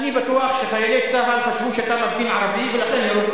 אני בטוח שחיילי צה"ל חשבו שאתה מפגין ערבי ולכן ירו,